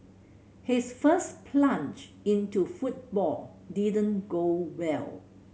his first plunge into football didn't go well